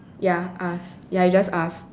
ya ask ya you just ask